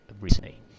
recently